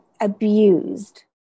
abused